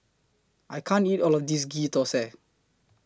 I can't eat All of This Ghee Thosai